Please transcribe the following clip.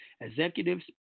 executives